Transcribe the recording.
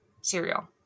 cereal